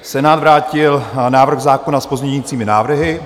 Senát vrátil návrh zákona s pozměňovacími návrhy.